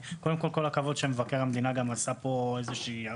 קודם כול, כל הכבוד שמבקר המדינה עשה פה עבודה,